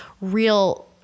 real